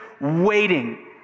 waiting